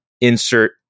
insert